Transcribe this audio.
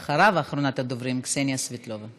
אחריו, אחרונת הדוברים, קסניה סבטלובה.